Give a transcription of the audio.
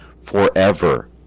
forever